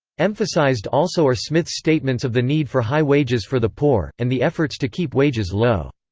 emphasised also are smith's statements of the need for high wages for the poor, and the efforts to keep wages low.